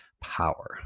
power